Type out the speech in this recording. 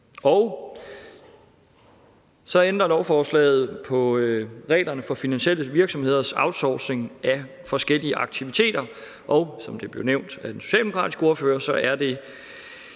ændrer også på reglerne for finansielle virksomheders outsourcing af forskellige aktiviteter, og, som det blev nævnt af den socialdemokratiske ordfører, er det